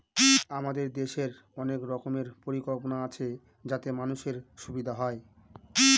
আমাদের দেশের অনেক রকমের পরিকল্পনা আছে যাতে মানুষের সুবিধা হয়